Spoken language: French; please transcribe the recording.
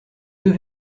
deux